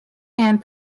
and